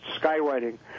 skywriting